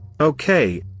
Okay